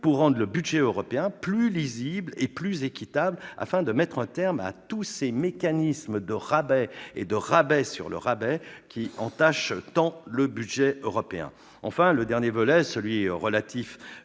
pour rendre le budget européen plus lisible et plus équitable, afin de mettre un terme à tous ces mécanismes de rabais et de rabais sur le rabais, qui entachent tant le budget européen. Enfin, sur le volet relatif